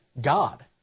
God